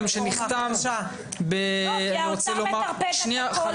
שנחתם --- כי האוצר מטרפד את הכול.